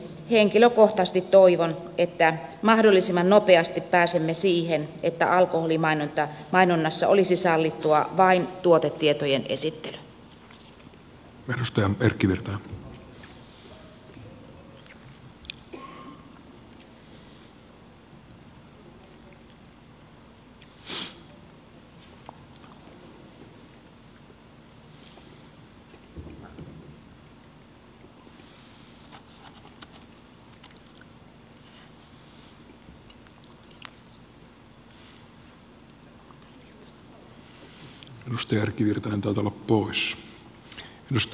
henkilökohtaisesti toivon että mahdollisimman nopeasti pääsemme siihen että alkoholimainonnassa olisi sallittua vain tuotetietojen esittely